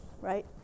right